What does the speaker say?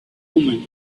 omens